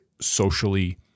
socially